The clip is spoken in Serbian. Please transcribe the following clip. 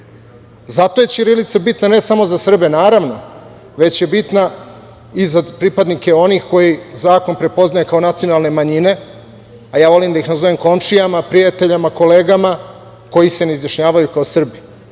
je ćirilica bitna, ne samo za Srbe, naravno, već je bitna i za pripadnike onih koji zakon prepoznaje kao nacionalne manjine, a ja volim da ih nazovem komšijama, prijateljima, kolegama, koji se ne izjašnjavaju kao Srbi.